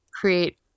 create